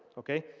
okay?